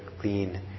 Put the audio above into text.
clean